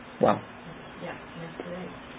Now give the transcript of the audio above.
Wow